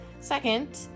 Second